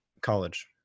college